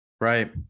Right